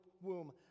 womb